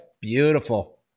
beautiful